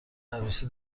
عروسی